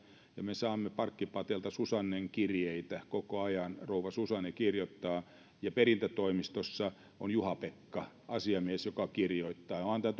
ja me saamme parkkipatelta susannen kirjeitä koko ajan rouva susanne kirjoittaa ja perintätoimistossa on juha pekka asiamies joka kirjoittaa onhan tämä nyt